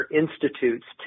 institutes